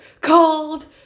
called